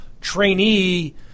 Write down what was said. trainee